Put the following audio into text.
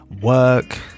work